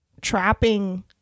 trapping